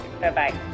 Bye-bye